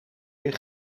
weer